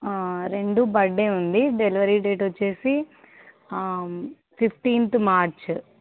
రెండు బర్త్డే ఉంది delivery date వచ్చేసి ఫిఫ్టీన్త్ మార్చ్